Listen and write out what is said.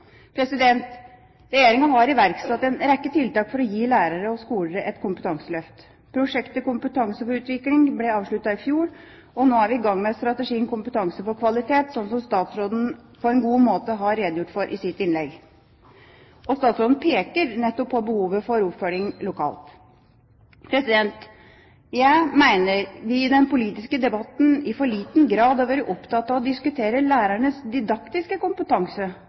Regjeringa har iverksatt en rekke tiltak for å gi lærere og skoler et kompetanseløft. Prosjektet Kompetanse for utvikling ble avsluttet i fjor, og nå er vi i gang med strategien Kompetanse for kvalitet, slik statsråden på en god måte redegjorde for i sitt innlegg. Statsråden peker nettopp på behovet for oppfølging lokalt. Jeg mener at vi i den politiske debatten i for liten grad har vært opptatt av å diskutere lærernes didaktiske kompetanse